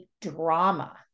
drama